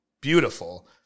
beautiful